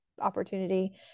opportunity